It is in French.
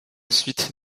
suite